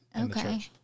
Okay